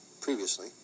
Previously